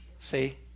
See